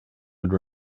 would